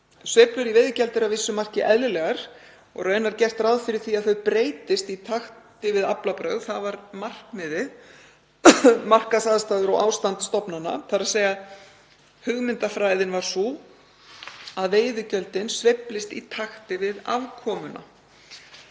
Sveiflur í veiðigjaldi eru að vissu marki eðlilegar og raunar er gert ráð fyrir því að það breytist í takti við aflabrögð, það var markmiðið, og markaðsaðstæður og ástand stofnana, þ.e. hugmyndafræðin var sú að veiðigjöldin sveiflist í takti við afkomuna.